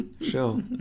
Sure